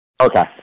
okay